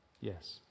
Yes